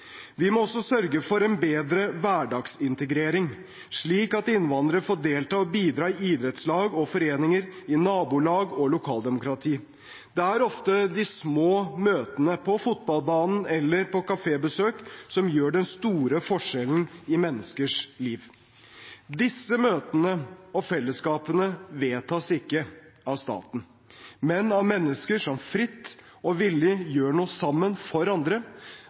Vi må også sørge for en bedre hverdagsintegrering, slik at innvandrere får delta og bidra i idrettslag og foreninger, i nabolag og lokaldemokrati. Det er ofte de små møtene på fotballbanen eller på kafébesøk som gjør den store forskjellen i menneskers liv. Disse møtene og fellesskapene vedtas ikke av staten, men av mennesker som fritt og villig gjør noe sammen for andre.